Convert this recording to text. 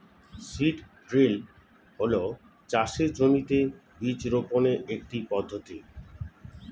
seed drill হল চাষের জমিতে বীজ বপনের একটি পদ্ধতি